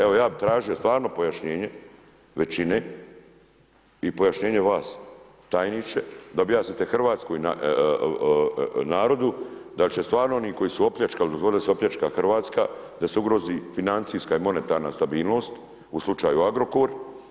Evo ja bi tražio stvarno pojašnjenje većine i pojašnjenje vas, tajniče, da objasnite hrvatskom narodu da će se stvarno oni koji su dozvolili da se opljačka Hrvatska, da se ugrozi financijska i monetarna stabilnost u slučaju Agrokor.